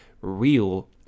Real